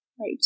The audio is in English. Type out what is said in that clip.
Right